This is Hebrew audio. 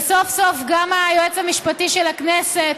וסוף-סוף גם היועץ המשפטי של הכנסת,